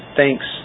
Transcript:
thanks